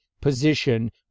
position